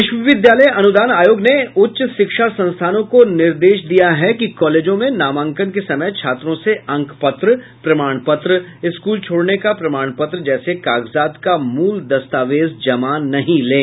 विश्वविद्यालय अनुदान आयोग ने उच्च शिक्षा संस्थानों को निर्देश दिया है कि कॉलेंजों में नामाकन के समय छात्रों से अंकपत्र प्रमाण पत्र स्कूल छोड़ने का प्रमाण पत्र जैसे कागजात का मूल दस्तावेज जमा नहीं लें